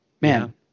man